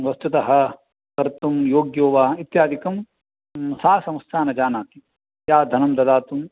वस्तुतः कर्तुं योग्यो वा इत्यादिकं सा संस्था न जानाति या धनं दातुं